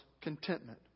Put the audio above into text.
contentment